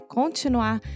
continuar